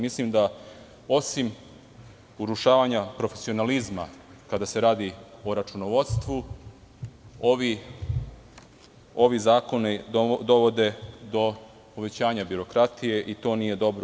Mislim da, osim urušavanja profesionalizma, kada se radi o računovodstvu, ovi zakoni dovode do povećanja birokratije i to nije dobro.